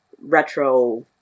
retro